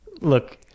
Look